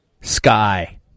Sky